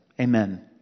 Amen